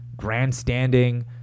grandstanding